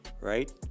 Right